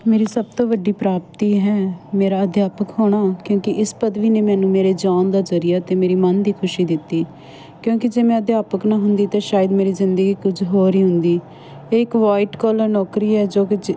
ਮੇਰੀ ਸਭ ਤੋਂ ਵੱਡੀ ਪ੍ਰਾਪਤੀ ਹੈ ਮੇਰਾ ਅਧਿਆਪਕ ਹੋਣਾ ਕਿਉਂਕਿ ਇਸ ਪਦਵੀ ਨੇ ਮੈਨੂੰ ਮੇਰੇ ਜਿਉਣ ਦਾ ਜ਼ਰੀਆ ਅਤੇ ਮੇਰੀ ਮਨ ਦੀ ਖੁਸ਼ੀ ਦਿੱਤੀ ਕਿਉਂਕਿ ਜੇ ਮੈਂ ਅਧਿਆਪਕ ਨਾ ਹੁੰਦੀ ਤਾਂ ਸ਼ਾਇਦ ਮੇਰੀ ਜ਼ਿੰਦਗੀ ਕੁਝ ਹੋਰ ਹੀ ਹੁੰਦੀ ਇਹ ਇੱਕ ਵੋਈਟ ਕਾਲਰ ਨੌਕਰੀ ਹੈ ਜੋ ਕਿ